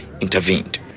intervened